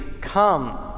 come